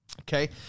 Okay